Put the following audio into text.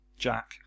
Jack